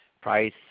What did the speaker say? price